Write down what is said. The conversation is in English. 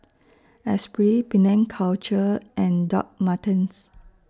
Esprit Penang Culture and Doc Martens